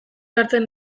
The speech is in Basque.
hartzen